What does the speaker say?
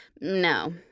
No